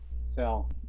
Sell